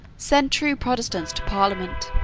send true protestants to parliament.